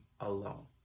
alone